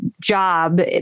job